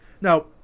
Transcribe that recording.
Now